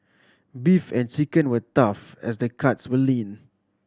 beef and chicken were tough as the cuts were lean